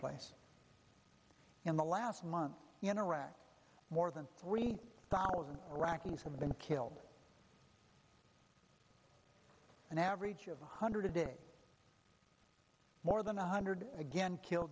place in the last month in iraq more than three thousand iraqis have been killed an average of one hundred a day more than a hundred again killed